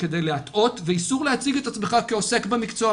ואיסור להציג את עצמך כעוסק במקצוע,